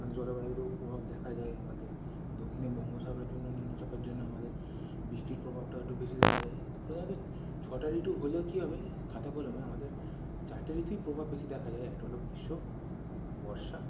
মানে জলবায়ুরও প্রভাব দেখা যায় আমাদের দক্ষিণে বঙ্গোসাগরের জন্য নিম্নচাপের জন্য আমাদের বৃষ্টির প্রভাবটাও একটু বেশি দেখা যায় তো প্রধানত ছটা ঋতু হলে কী হবে খাতা কলমে আমাদের চারটে ঋতুই প্রভাব বেশি দেখা যায় একটা হলো গ্রীষ্ম বর্ষা